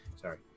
Sorry